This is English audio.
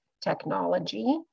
technology